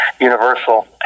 Universal